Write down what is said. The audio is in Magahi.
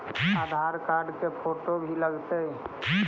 आधार कार्ड के फोटो भी लग तै?